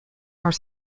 are